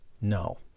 no